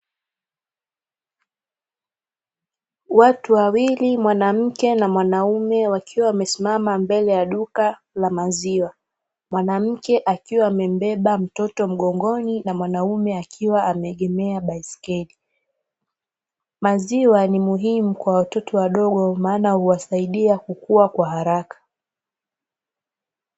Watu wawili, mwanamke na mwanaume, wakiwa wamesimama mbele ya duka la maziwa. Mwanamke akiwa amembeba mtoto mgongoni na mwanaume akiwa ameegemea baiskeli. Maziwa ni muhimu kwa watoto wadogo maana huwasaidia kukua kwa haraka.